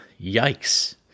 Yikes